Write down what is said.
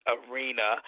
arena